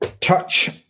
Touch